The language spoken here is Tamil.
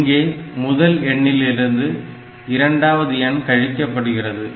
இங்கே முதல் எண்ணிலிருந்து இரண்டாவது எண் கழிக்கபடுகிறது